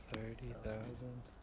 thirty thousand.